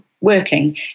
working